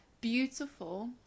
beautiful